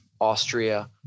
austria